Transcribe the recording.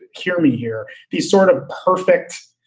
cure me here. these sort of perfect's